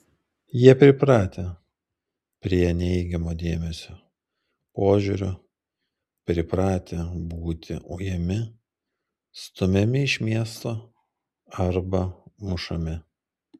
jie pripratę prie neigiamo dėmesio požiūrio pripratę būti ujami stumiami iš miesto arba mušami